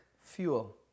fuel